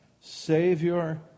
Savior